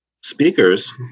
speakers